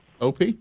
OP